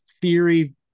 theory